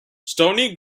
stoney